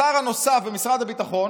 השר הנוסף במשרד הביטחון